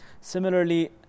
similarly